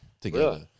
together